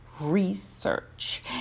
Research